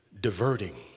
diverting